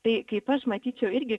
tai kaip aš matyčiau irgi